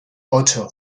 ocho